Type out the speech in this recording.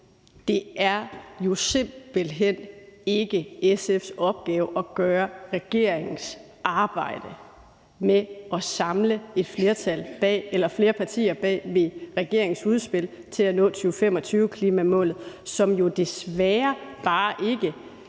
det er jo simpelt hen ikke SF's opgave at gøre regeringens arbejde med at samle flere partier bag regeringens udspil til at nå 2025 klimamålet, som jo desværre bare ikke